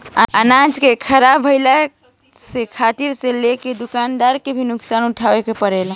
अनाज के ख़राब भईला से खेतिहर से लेके दूकानदार के भी नुकसान उठावे के पड़ेला